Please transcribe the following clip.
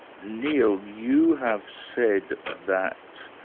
saundersneil, you have said that